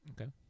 Okay